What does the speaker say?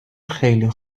خیلی